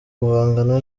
guhangana